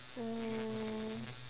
uh